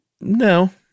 No